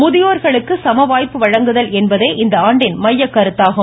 முதியோர்களுக்கு சமவாய்ப்பு வழங்குதல் என்பதே இந்த ஆண்டின் மையக்கருத்தாகும்